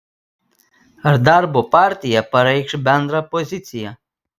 ar darbo partija pareikš bendrą poziciją